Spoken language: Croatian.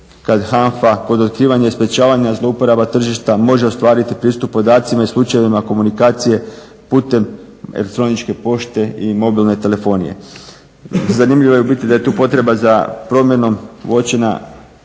kad HANFA kod otkrivanja i sprečavanja zlouporaba tržišta može ostvariti pristup podacima i slučajevima komunikacije putem elektroničke pošte i mobilne telefonije Zanimljivo je u biti da je tu potreba za promjenom uočena